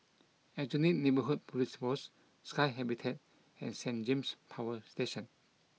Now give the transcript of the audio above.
Aljunied Neighbourhood Police Post Sky Habitat and Saint James Power Station